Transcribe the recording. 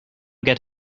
get